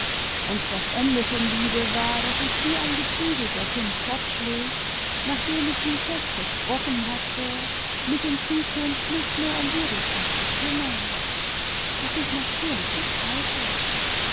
und das ende vom liede war daß ich wie ein geprügelter hund fortschlich nachdem ich ihm fest versprochen hatte mich in zukunft nicht mehr um erika zu kümmern was ich natürlich nicht halte